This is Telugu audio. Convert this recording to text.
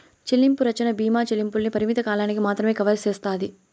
చెల్లింపు రచ్చన బీమా చెల్లింపుల్ని పరిమిత కాలానికి మాత్రమే కవర్ సేస్తాది